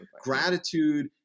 gratitude